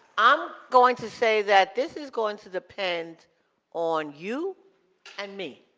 i'm going to say that this is going to depend on you and me.